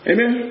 Amen